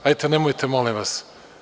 Hajte, nemojte molim vas.